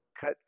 cut